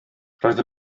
roedd